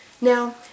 Now